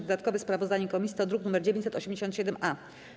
Dodatkowe sprawozdanie komisji to druk nr 987-A.